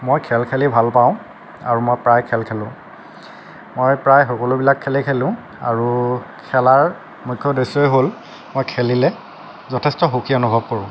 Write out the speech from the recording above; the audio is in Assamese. মই খেল খেলি ভাল পাওঁ আৰু মই প্ৰায়ে খেল খেলোঁ মই প্ৰায় সকলোবিলাক খেলেই খেলোঁ আৰু খেলাৰ মুখ্য উদ্দেশ্যই হ'ল মই খেলিলে যথেষ্ট সুখী অনুভৱ কৰোঁ